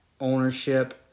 ownership